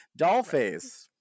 Dollface